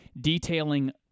detailing